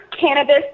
Cannabis